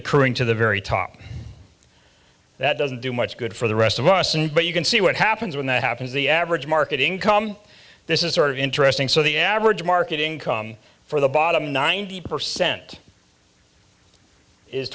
occurring to the very top that doesn't do much good for the rest of us and but you can see what happens when that happens the average marketing com this is sort of interesting so the average marketing come for the bottom ninety percent is